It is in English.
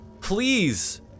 Please